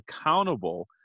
accountable